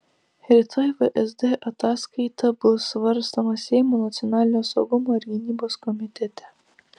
rytoj vsd ataskaita bus svarstoma seimo nacionalinio saugumo ir gynybos komitete